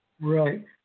Right